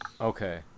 Okay